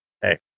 hey